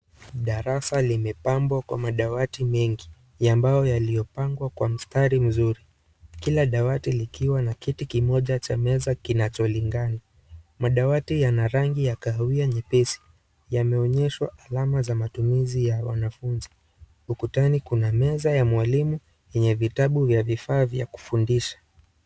Darasa limebambwa kwa madawati mengi ambayo yaliyopangwa kwa mstari mzuri kila dawati likiwa na kiti kimoja cha meza kinacholingana. Madawati yana rangi ya kahawia nyepesi yameonyeshwa alama za matumizi ya wanafunzi, ukutani kuna meza ya mwalimu yenye vitabu na vifaa vya kufundisha.